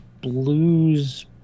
Blues